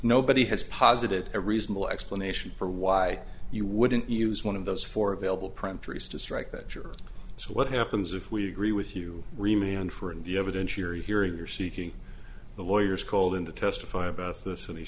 nobody has posited a reasonable explanation for why you wouldn't use one of those four available printers to strike better so what happens if we agree with you remain on for and the evidence you're hearing you're seeking the lawyers called in to testify about this and he